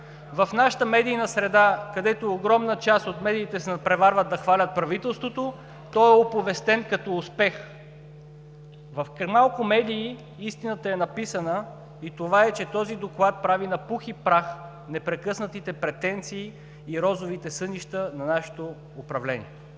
В нашата медийна среда, където огромна част от медиите се надпреварват да хвалят правителството, той е оповестен като успех. В малко медии истината е написана и това е, че този доклад прави на пух и прах непрекъснатите претенции и розовите сънища на нашето управление.